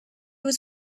was